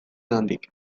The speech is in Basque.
handik